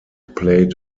played